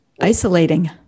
isolating